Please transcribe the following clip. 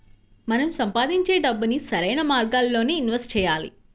మనం సంపాదించే డబ్బుని సరైన మార్గాల్లోనే ఇన్వెస్ట్ చెయ్యాలి